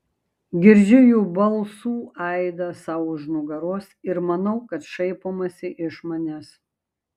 girdžiu jų balsų aidą sau už nugaros ir manau kad šaipomasi iš manęs